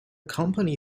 company